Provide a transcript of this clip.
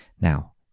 Now